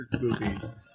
movies